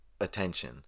attention